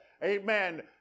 Amen